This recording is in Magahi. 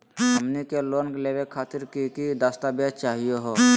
हमनी के लोन लेवे खातीर की की दस्तावेज चाहीयो हो?